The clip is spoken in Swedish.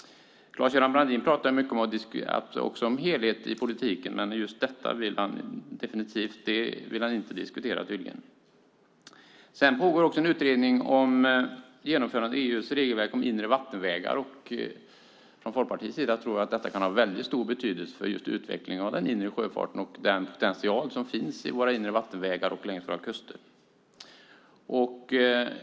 Claes-Göran Brandin talade också mycket om helheten i politiken, men just detta vill han tydligen inte diskutera. Det pågår också en utredning om genomförandet av EU:s regelverk om inre vattenvägar. Från Folkpartiets sida tror vi att det kan ha stor betydelse för utvecklingen av den inre sjöfarten och den potential som finns i våra inre vattenvägar och längs våra kuster.